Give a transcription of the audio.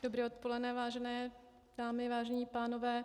Dobré odpoledne, vážené dámy, vážení pánové.